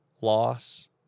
loss